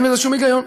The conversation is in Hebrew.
אין בזה שום היגיון.